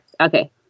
Okay